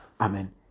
Amen